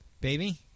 Baby